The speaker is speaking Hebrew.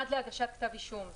עד להגשת כתב אישום.